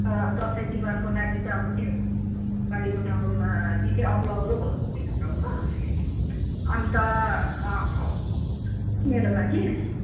त दसैँ तिहारको लागि त अब त्यो बारीको काबोमा निकै अग्लो अग्लो भएको छ हो अन्त मेरोमा कि